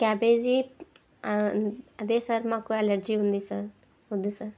cabbage అదే sir మాకు allergy ఉంది సార్ వద్దు సార్